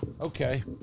Okay